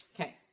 Okay